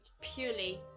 purely